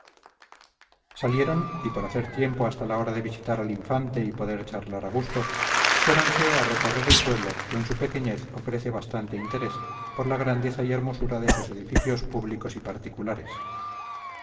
salieron y por hacer tiempo hasta la hora de visitar al infante y poder charlar a gusto fuéronse a recorrer el pueblo que en su pequeñez ofrece bastante interés por la grandeza y hermosura de sus edificios públicos y particulares